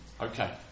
Okay